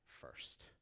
first